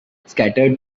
scattered